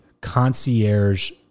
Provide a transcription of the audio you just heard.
concierge